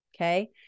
Okay